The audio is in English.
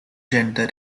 center